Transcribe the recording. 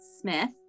Smith